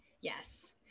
yes